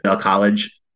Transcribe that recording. College